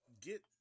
get